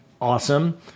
Awesome